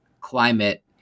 climate